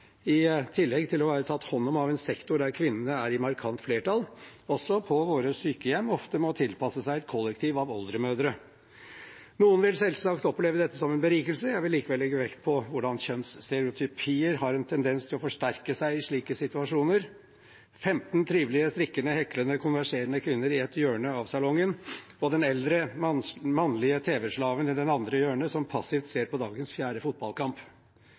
i tillegg til å være tatt hånd om av en sektor der kvinnene er i markant flertall, også på våre sykehjem ofte må tilpasse seg et kollektiv av oldemødre. Noen vil selvsagt oppleve dette som en berikelse. Jeg vil likevel legge vekt på hvordan kjønnsstereotypier har en tendens til å forsterke seg i slike situasjoner: 15 trivelige, strikkende, heklende, konverserende kvinner i et hjørne av salongen og den eldre mannlige tv-slaven, som passivt ser på dagens fjerde fotballkamp,